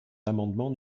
l’amendement